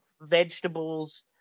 vegetables